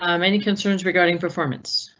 um many concerns regarding performance.